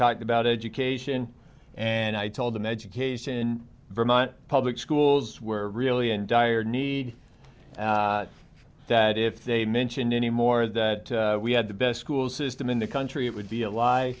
talked about education and i told him education vermont public schools were really in dire need that if they mention anymore that we had the best school system in the country it would be a lie